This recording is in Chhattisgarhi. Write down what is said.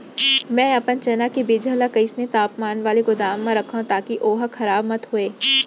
मैं अपन चना के बीजहा ल कइसन तापमान वाले गोदाम म रखव ताकि ओहा खराब मत होवय?